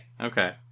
Okay